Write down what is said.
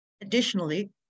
Additionally